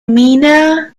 mina